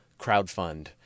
crowdfund